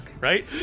Right